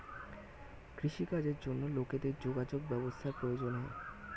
কৃষি কাজের জন্য লোকেদের যোগাযোগ ব্যবস্থার প্রয়োজন হয়